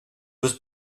was